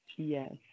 Yes